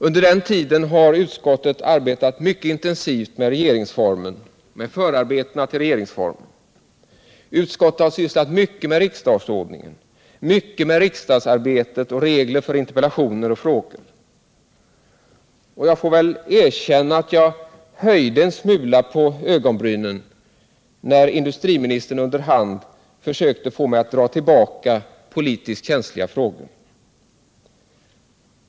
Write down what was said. Under den tiden har utskottet arbetat mycket intensivt med regeringsformen och förarbetena till regeringsformen. Utskottet har sysslat mycket med riksdagsordningen, riksdagsarbetet och reglerna för interpellationer och frågor. Och jag får väl erkänna att jag höjde en smula på ögonbrynen när industriministern under hand försökte få mig att dra tillbaka politiskt känsliga frågor.